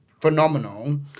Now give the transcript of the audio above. Phenomenal